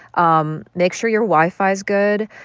um make sure your wi-fi is good.